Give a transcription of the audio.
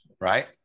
Right